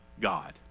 God